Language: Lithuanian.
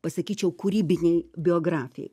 pasakyčiau kūrybinei biografijai